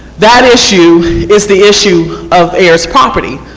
that issue is the issue of errors property.